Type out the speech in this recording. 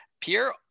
Pierre